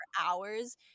hours